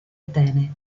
atene